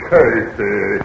Casey